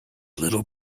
little